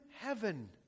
heaven